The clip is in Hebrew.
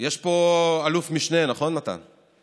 יש פה אלוף משנה, נכון, מתן?